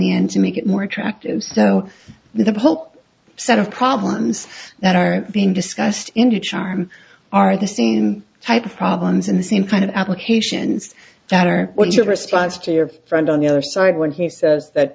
end to make it more attractive so the pulp set of problems that are being discussed into charm are the same type of problems in the same kind of applications that are what your response to your friend on the other side when he says that